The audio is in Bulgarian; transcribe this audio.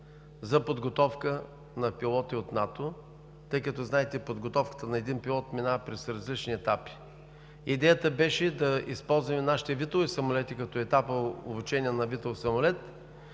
за подготовка на пилоти от НАТО, тъй като, знаете, подготовката на един пилот минава през различни етапи. Идеята беше да използваме нашите битови самолети като етап за обучение на битов самолет.